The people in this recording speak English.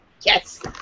Yes